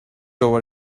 over